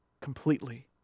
completely